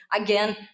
again